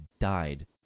died